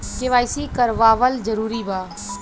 KYC करवावल जरूरी बा?